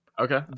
Okay